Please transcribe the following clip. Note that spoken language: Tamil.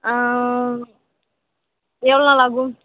எவ்வளோ நாள் ஆகும்